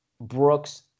Brooks